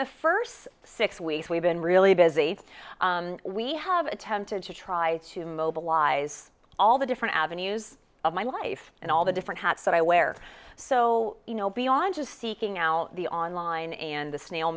the first six weeks we've been really busy we have attempted to try to mobilize all the different avenues of my life and all the different hats that i wear so you know beyond just seeking out the online and the snail